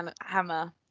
Hammer